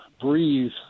breathe